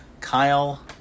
Kyle